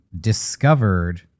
discovered